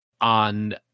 On